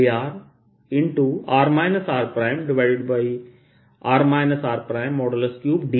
r r